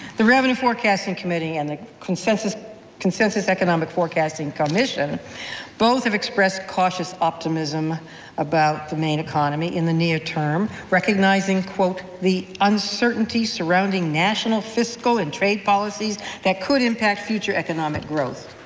the revenue forecasting committee and the consensus consensus economic forecasting commission both have express cautious optimism about the maine economy in the near-term, recognizing quote the uncertainty surrounding national fiscal and trade policies that could impact future economic growth.